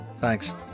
Thanks